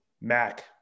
Mac